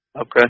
Okay